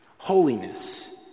Holiness